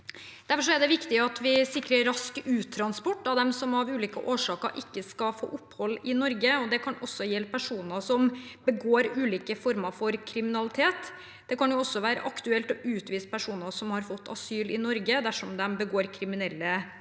Derfor er det viktig at vi sikrer rask uttransport av dem som av ulike årsaker ikke skal få opphold i Norge. Det kan også gjelde personer som begår ulike former for kriminalitet. Det kan også være aktuelt å utvise personer som har fått asyl i Norge, dersom de begår kriminelle handlinger.